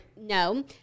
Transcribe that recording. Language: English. no